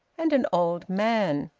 and an old man.